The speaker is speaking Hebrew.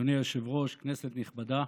אדוני היושב-ראש, כנסת נכבדה,